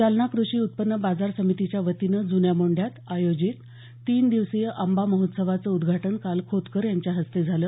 जालना क्रषी उत्पन्न बाजार समितीच्यावतीनं जुन्या मोंढ्यात आयोजित तीन दिवसीय आंबा महोत्सवाचं उद्घाटन काल खोतकर यांच्या हस्ते झालं